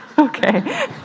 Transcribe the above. Okay